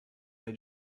they